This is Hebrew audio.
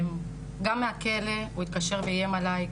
גם מהכלא הוא התקשר ואיים עליי,